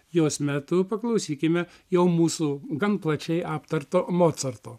jos metu paklausykime jau mūsų gan plačiai aptarto mocarto